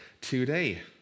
today